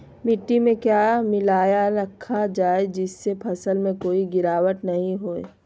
मिट्टी में क्या मिलाया रखा जाए जिससे फसल में कोई गिरावट नहीं होई?